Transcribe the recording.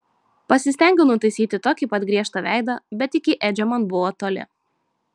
pasistengiau nutaisyti tokį pat griežtą veidą bet iki edžio man buvo toli